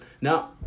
Now